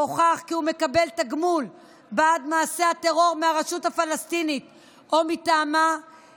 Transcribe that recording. והוכח כי הוא מקבל תגמול בעד מעשי הטרור מהרשות הפלסטינית או מטעמה,